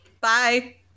Bye